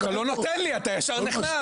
אתה לא נותן, אתה ישר נכנס.